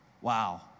Wow